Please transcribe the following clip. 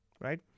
right